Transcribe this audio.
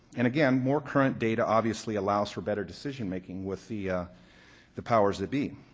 and again more current data obviously allows for better decision making with the ah the powers that be.